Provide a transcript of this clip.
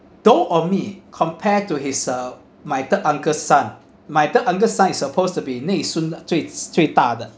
dote on me compare to his uh my third uncle son my third uncle son is supposed to be 你算最最大的